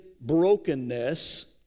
brokenness